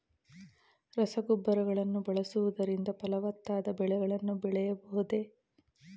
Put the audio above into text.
ರಸಗೊಬ್ಬರಗಳನ್ನು ಬಳಸುವುದರಿಂದ ಫಲವತ್ತಾದ ಬೆಳೆಗಳನ್ನು ಬೆಳೆಯಬಹುದೇ?